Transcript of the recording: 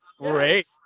great